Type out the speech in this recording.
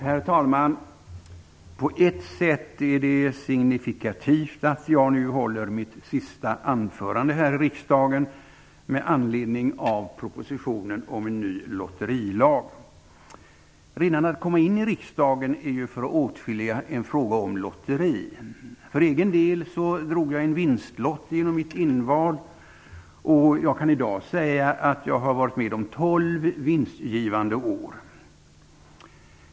Herr talman! På ett sätt är det signifikativt att jag nu håller mitt sista anförande här i riksdagen med anledning av propositionen om en ny lotterilag. Redan att komma in i riksdagen är för åtskilliga en fråga om lotteri. För egen del drog jag en vinstlott genom mitt inval. Och jag kan i dag säga att jag har varit med om tolv vinstgivande år.